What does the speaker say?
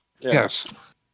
Yes